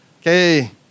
Okay